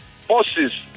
forces